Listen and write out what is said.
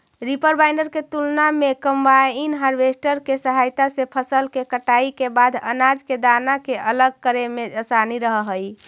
reaper binder के तुलना में कम्बाइन हार्वेस्टर के सहायता से फसल के कटाई के बाद अनाज के दाना के अलग करे में असानी रहऽ हई